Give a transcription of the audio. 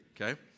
okay